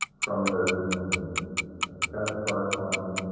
from there, he became a defense correspondent,